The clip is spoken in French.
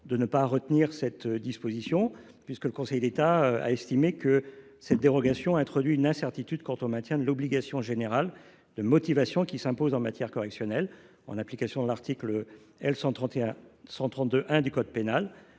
de ne pas retenir cette disposition. Il estime qu’une telle dérogation « introduit une incertitude quant au maintien de l’obligation générale de motivation qui s’impose en matière correctionnelle en application de l’article L. 132 1 du code pénal